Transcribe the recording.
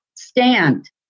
stand